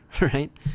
right